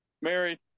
Mary